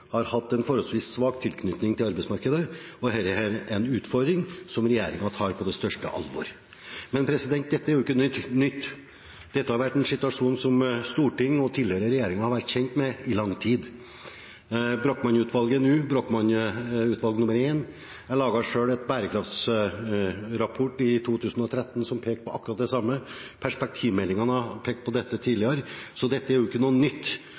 har hatt en forholdsvis svak tilknytning til arbeidsmarkedet, og dette er en utfordring som regjeringen tar på det største alvor. Men dette er jo ikke noe nytt. Dette har vært en situasjon som Stortinget og tidligere regjeringer har vært kjent med i lang tid – Brochmann-utvalget nå, Brochmann-utvalget I, jeg laget selv en bærekraftsrapport i 2013 som pekte på akkurat det samme, perspektivmeldingene har pekt på dette tidligere. Så det er ikke noe nytt